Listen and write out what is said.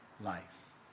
life